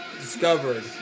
discovered